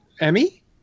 Emmy